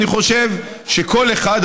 אני חושב שכל אחד,